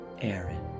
Aaron